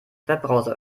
webbrowser